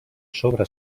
sobre